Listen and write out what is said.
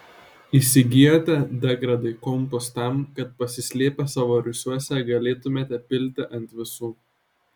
įsigijote degradai kompus tam kad pasislėpę savo rūsiuose galėtumėte pilti ant visų